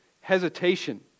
hesitation